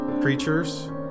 creatures